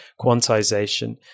quantization